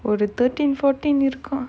ஒரு:oru thirteen fourteen இருக்கு:irukku